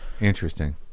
interesting